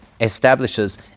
establishes